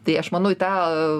tai aš manau į tą